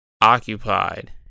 occupied